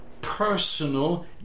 personal